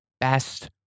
best